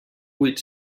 huit